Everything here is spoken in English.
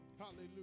Hallelujah